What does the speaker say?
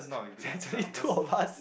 there is only two of us